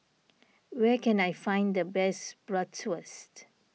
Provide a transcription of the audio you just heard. where can I find the best Bratwurst